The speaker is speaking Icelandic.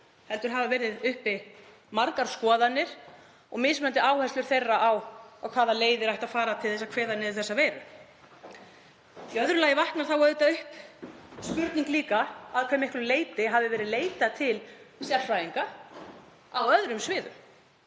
heldur hafa verið uppi margar skoðanir og mismunandi áherslur þeirra á hvaða leiðir ætti að fara til að kveða niður þessa veiru. Í öðru lagi vaknar sú spurning líka upp að hve miklu leyti leitað hafi verið til sérfræðinga á öðrum sviðum